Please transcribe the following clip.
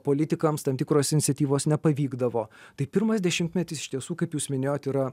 politikams tam tikros iniciatyvos nepavykdavo tai pirmas dešimtmetis iš tiesų kaip jūs minėjot yra